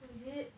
oh is it